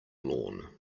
lawn